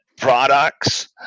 products